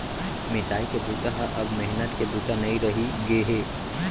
मिसाई के बूता ह अब मेहनत के बूता नइ रहि गे हे